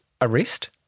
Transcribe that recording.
arrest